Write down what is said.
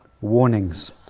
warnings